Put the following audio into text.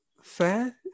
fair